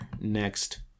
next